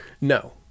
No